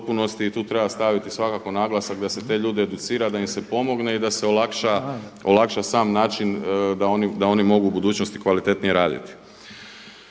i tu treba staviti svakako naglasak da se te ljude educira da im se pomogne i da se olakša sam način da oni mogu u budućnosti kvalitetnije raditi.